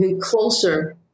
closer